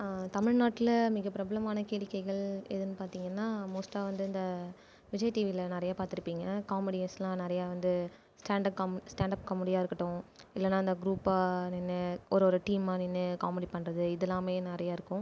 தமிழ்நாட்டில மிகப் பிரபலமான கேளிக்கைகள் எதுன்னு பார்த்திங்கன்னா மோஸ்ட்டாக வந்து இந்த விஜய் டிவியில நிறைய பார்த்துருப்பிங்க காமெடியஸ்லாம் நிறையா வந்து ஸ்டாண்டப் காம் ஸ்டாண்டப் காமெடியாக இருக்கட்டும் இல்லைன்னா அந்த குரூப்பாக நின்று ஒரு ஒரு டீமாக நின்று காமெடி பண்ணுறது இதுலாமே நிறைய இருக்கும்